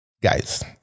Guys